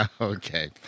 Okay